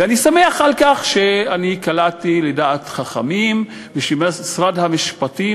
ואני שמח על כך שאני קלעתי לדעת חכמים ושמשרד המשפטים,